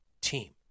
team